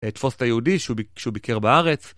תפוס את היהודי כשהוא ביקר בארץ.